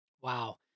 Wow